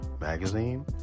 Magazine